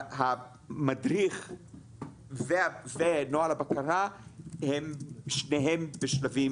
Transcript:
המדריך ונוהל הבקרה הם שניהם בשלבים